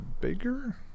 bigger